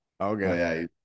Okay